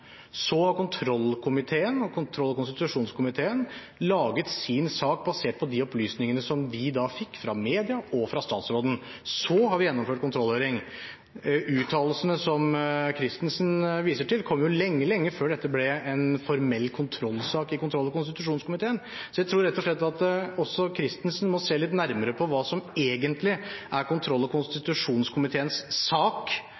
Så har kontroll- og konstitusjonskomiteen laget sin sak, basert på de opplysningene som vi da fikk fra media og fra statsråden. Deretter har vi gjennomført kontrollhøring. Uttalelsene som Christensen viser til, kom jo lenge før dette ble en formell kontrollsak i kontroll- og konstitusjonskomiteen. Så jeg tror rett og slett at også Christensen må se litt nærmere på hva som egentlig er kontroll- og konstitusjonskomiteens sak,